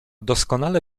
doskonale